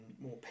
more